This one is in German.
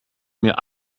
mehr